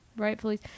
Rightfully